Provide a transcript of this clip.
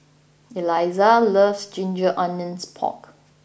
Elissa loves Ginger Onions Pork